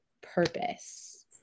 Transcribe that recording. purpose